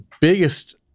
biggest